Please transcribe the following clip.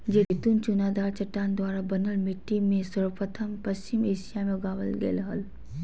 जैतून चुनादार चट्टान द्वारा बनल मिट्टी में सर्वप्रथम पश्चिम एशिया मे उगावल गेल हल